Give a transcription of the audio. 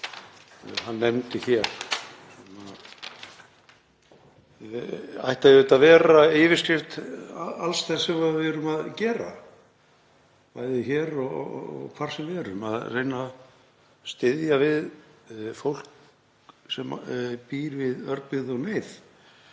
Það ætti auðvitað að vera yfirskrift alls þess sem við erum að gera, bæði hér og hvar sem við erum, að reyna að styðja við fólk sem býr við örbirgð og neyð.